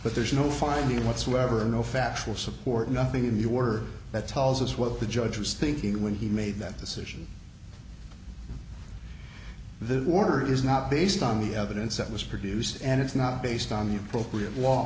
but there's no finding whatsoever no factual support nothing in the order that tells us what the judge was thinking when he made that decision the order is not based on the evidence that was produced and it's not based on the appropriate law